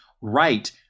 right –